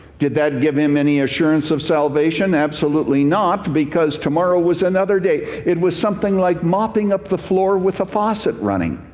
did that give him any assurance of salvation? absolutely not. because tomorrow was another day. it was something like mopping up the floor with a faucet running.